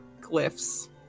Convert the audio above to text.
glyphs